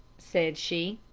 said she.